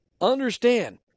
understand